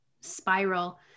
spiral